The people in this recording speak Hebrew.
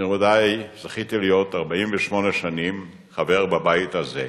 נכבדי, זכיתי להיות 48 שנים חבר בבית הזה.